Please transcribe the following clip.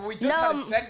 No